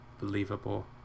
believable